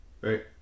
Right